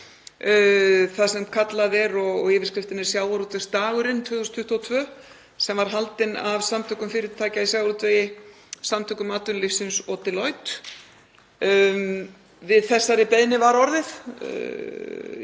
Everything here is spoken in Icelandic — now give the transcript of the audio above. það sem kallað er og yfirskriftin er sjávarútvegsdagurinn 2022, sem var haldinn af Samtökum fyrirtækja í sjávarútvegi og Samtökum atvinnulífsins og Deloitte. Við þessari beiðni var orðið.